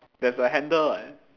there's a handle what